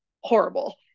horrible